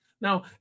Now